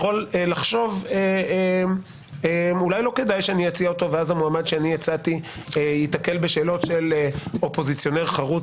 לחשוב אולי לא כדאי לו להציע אותו כי המועמד ייתקל בשאלות אופוזיציונר חרוץ